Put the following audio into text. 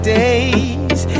days